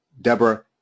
Deborah